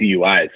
DUIs